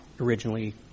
originally